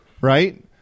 right